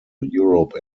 europe